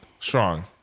Strong